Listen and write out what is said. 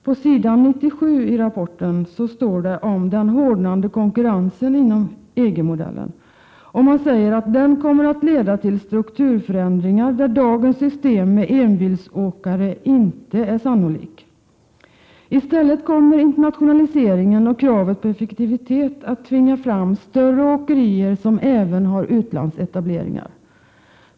På s. 94 i rapporten står bl.a.: ”Den hårdnande konkurrensen inom ”EG-modellen” kommer att leda till strukturförändringar där dagens system med enbilsåkare och få stora åkerier inte är sannolik. I stället kommer internationaliseringen och kravet på effektivitet att tvinga fram större åkerier som även har utlandsetableringar.